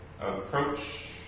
approach